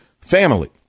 family